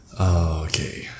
Okay